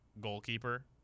goalkeeper